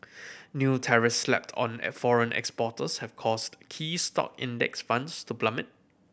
new tariffs slapped on foreign exporters have caused key stock Index Funds to plummet